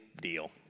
deal